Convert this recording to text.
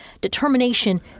determination